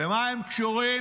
למה הם קשורים?